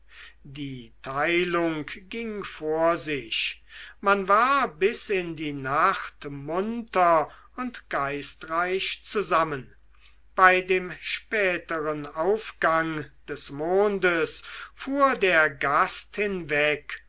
die teilung ging vor sich man war bis in die nacht munter und geistreich zusammen bei dem späteren aufgang des mondes fuhr der gast hinweg